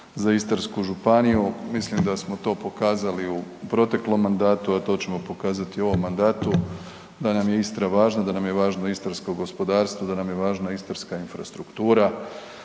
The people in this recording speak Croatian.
za Istarsku županiju mislim da smo to pokazali u proteklom mandatu, a to ćemo pokazati i u ovom mandatu da nam je Istra važna, da nam je važno istarsko gospodarstvo, da nam je važna istarska infrastruktura,